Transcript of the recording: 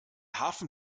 hafen